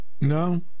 No